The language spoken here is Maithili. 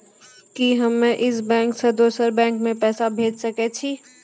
कि हम्मे इस बैंक सें दोसर बैंक मे पैसा भेज सकै छी?